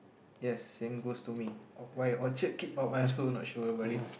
yes same goes to me Orchard keep up I'm also not sure about it